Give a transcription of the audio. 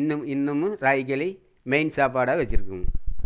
இன்னும் இன்னமும் ராகி களி மெயின் சாப்பாடாக வச்சுருக்கோங்க